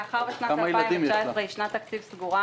מאחר ושנת 2019 היא שנת תקציב סגורה